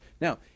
Now